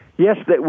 Yes